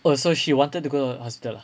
oh so she wanted to go to the hospital ah